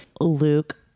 Luke